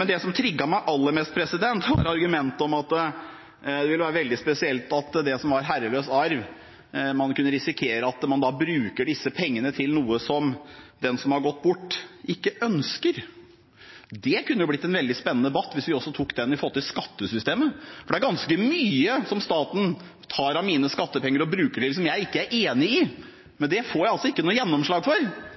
Men det som trigget meg aller mest, var argumentet om at det ville være veldig spesielt at man kunne risikere at herreløs arv ble brukt til noe som den som har gått bort, ikke ønsket. Det kunne blitt en veldig spennende debatt hvis vi også tok den i forbindelse med skattesystemet. For det er ganske mye av det som staten tar av mine skattepenger som blir brukt til noe jeg ikke er enig i. Men det får jeg ikke noe gjennomslag for,